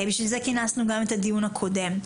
בשביל זה כינסנו גם את הדיון הקודם.